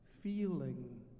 feeling